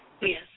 Yes